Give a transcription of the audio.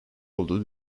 olduğu